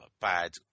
bad